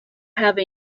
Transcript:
have